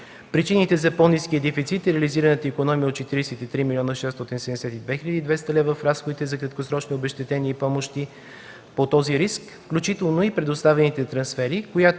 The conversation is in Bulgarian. Причината за по-ниския дефицит е реализираната икономия от 43 млн. 672 хил. и 200 лева в разходите за краткосрочни обезщетения и помощи по този риск, включително и предоставените трансфери, която